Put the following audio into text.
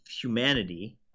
humanity